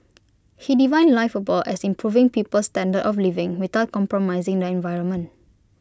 he defined liveable as improving people's standard of living without compromising the environment